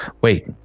wait